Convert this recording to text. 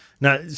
Now